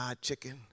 chicken